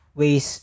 ways